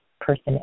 person